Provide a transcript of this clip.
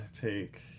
take